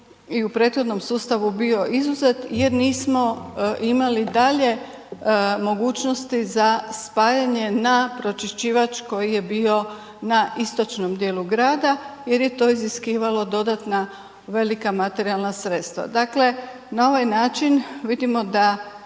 i u prethodnom sustavu bio izuzet jer nismo imali dalje mogućnosti za spajanje na pročišćivač koji je bio na istočnom djelu grada jer je to iziskivalo dodatna velika materijalna sredstva. Dakle na ovaj način vidimo da